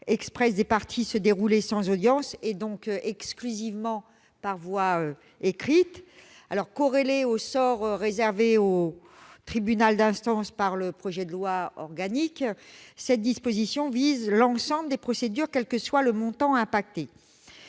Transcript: exprès des parties, se dérouler sans audience, et donc exclusivement par voie écrite. Corrélée au sort réservé au tribunal d'instance par le projet de loi organique, cette disposition vise l'ensemble des procédures, quel que soit le montant impacté.